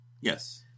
Yes